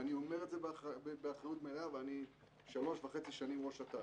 אני אומר את זה באחריות מלאה ואני שלוש וחצי שנים ראש אט"ל.